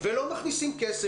הם לא מכניסים כסף.